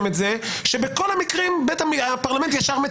זה דבר חשוב בלי קשר, כי לפעמים גם יש נצברות.